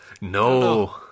No